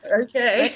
Okay